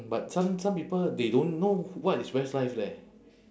but some some people they don't know what is westlife leh